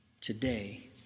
today